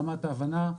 ברמת ההבנה,